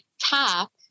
top